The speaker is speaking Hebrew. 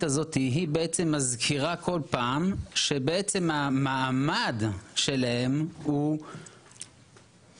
הזאתי היא בעצם מזכירה כל פעם שבעצם המעמד שלהם הוא --- בעייתי.